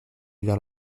vers